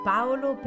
Paolo